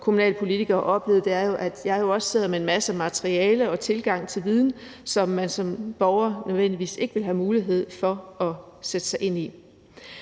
kommunalpolitiker oplevede, nemlig at jeg jo også sad med masser af materiale og tilgang til viden, som man som borger ikke nødvendigvis ville have mulighed for at sætte sig ind i.